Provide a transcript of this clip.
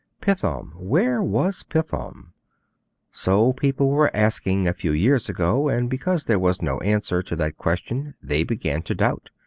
pithom where was pithom so people were asking a few years ago, and because there was no answer to that question they began to doubt.